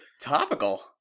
topical